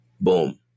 Boom